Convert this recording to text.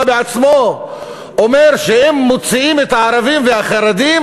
בעצמו אומר שאם מוציאים את הערבים והחרדים,